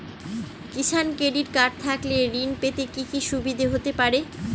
কিষান credit card থাকলে ঋণ পেতে কি কি সুবিধা হতে পারে?